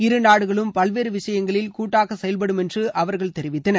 இரு நாடுகளும் பல்வேறு விஷயங்களில் கூட்டாக செயல்படும் என்று அவர்கள் தெரிவித்தனர்